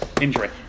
injury